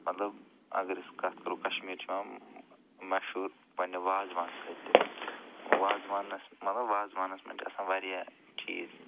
مطلب اگر أسۍ کَتھ کَرو کَشمیٖر چھِ یِوان مہشوٗر پَنٛنہِ واز وان سۭتۍ تہِ وازٕوانَس مطلب وازٕوانَس منٛز چھِ آسان واریاہ چیٖز